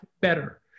better